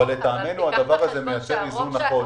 הדבר הזה מייצר איזון נכון.